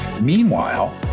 meanwhile